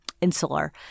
insular